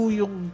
yung